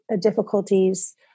difficulties